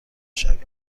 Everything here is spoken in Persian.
شویم